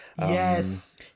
yes